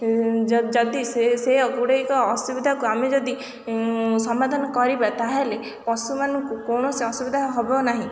ଯଦି ସେ ସେଗୁଡ଼ିକ ଅସୁବିଧାକୁ ଆମେ ଯଦି ସମାଧାନ କରିବା ତାହେଲେ ପଶୁମାନଙ୍କୁ କୌଣସି ଅସୁବିଧା ହେବ ନାହିଁ